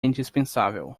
indispensável